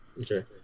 okay